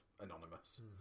Anonymous